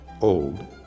old